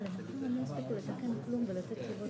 אנחנו מחפשים פתרון לזה.